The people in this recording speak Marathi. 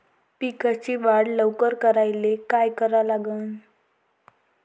पिकाची वाढ लवकर करायले काय करा लागन?